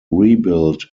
rebuilt